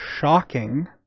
shocking